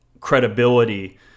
credibility